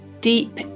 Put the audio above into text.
deep